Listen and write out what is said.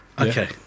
okay